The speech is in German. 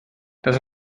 das